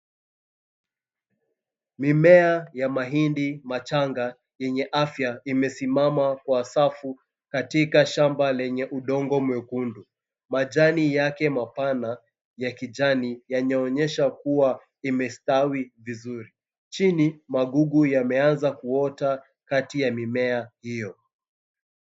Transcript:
Mimea ya mahindi machanga yenye afya imesimama kwa safu katika shamba lenye udongo mwekundu. Majani yake mapana ya kijani yanaonyesha kuwa imestawi vizuri. Chini, magugu yameanza kuota kati ya mimea hiyo.